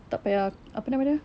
tak payah apa nama dia